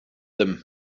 them